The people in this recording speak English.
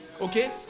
Okay